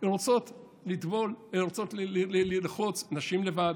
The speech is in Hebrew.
הן רוצות לטבול, הן רוצות לרחוץ, נשים לבד,